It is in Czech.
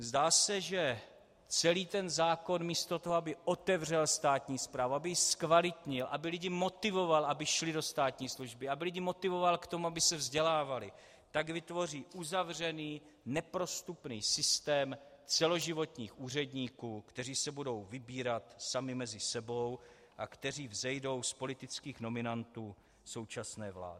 Zdá se, že celý ten zákon místo toho, aby otevřel státní správu, aby ji zkvalitnil, aby lidi motivoval, aby šli do státní služby, aby lidi motivoval k tomu, aby se vzdělávali, tak vytvoří uzavřený, neprostupný systém celoživotních úředníků, kteří se budou vybírat sami mezi sebou a kteří vzejdou z politických nominantů současné vlády.